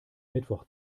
mittwoch